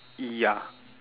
ya